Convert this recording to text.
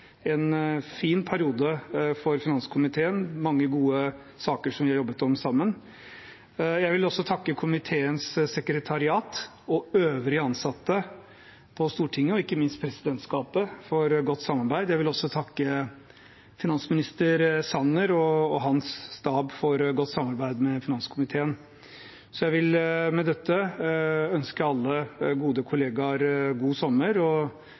en fin periode for finanskomiteen, og vi har jobbet med mange gode saker sammen. Jeg vil takke komiteens sekretariat, øvrige ansatte på Stortinget og ikke minst presidentskapet for godt samarbeid. Jeg vil også takke finansminister Sanner og hans stab for godt samarbeid med finanskomiteen. Jeg vil med dette ønske alle gode kollegaer god sommer, og